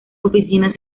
oficinas